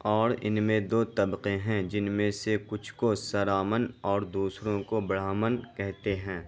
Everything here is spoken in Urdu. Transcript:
اور ان میں دو طبقے ہیں جن میں سے کچھ کو سرامن اور دوسروں کو برہمن کہتے ہیں